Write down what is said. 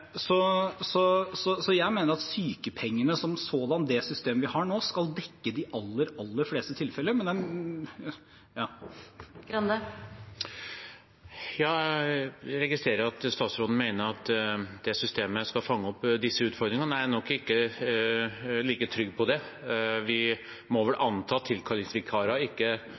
Jeg mener at sykepengene som sådan og det systemet som vi har nå, skal dekke de aller, aller fleste tilfeller. Men det er … Jeg registrerer at statsråden mener at systemet skal fange opp disse utfordringene, men jeg er nok ikke like trygg på det. Vi må vel anta at tilkallingsvikarer